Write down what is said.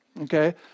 okay